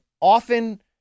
often